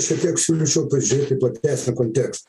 šiek tiek siūlyčiau pažiūrėti į platesnį kontekstą